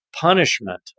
punishment